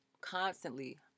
constantly